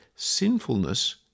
Sinfulness